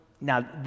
Now